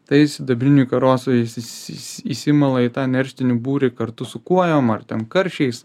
tai sidabrinių karosai įs s s įsimala į tą nerštinį būrį kartu su kuojom ar ten karčiais